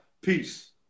peace